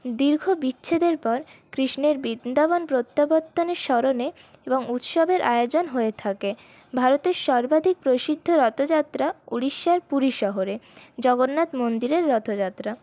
দীর্ঘ বিচ্ছেদের পর কৃষ্ণের বৃন্দাবন প্রত্যাবর্তনের স্মরণে এবং উৎসবের আয়োজন হয়ে থাকে ভারতের সর্বাধিক প্রসিদ্ধ রথযাত্রা উড়িষ্যার পুরী শহরে জগন্নাথ মন্দিরের রথযাত্রা